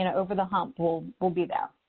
and over the hump, we'll we'll be there.